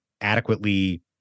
adequately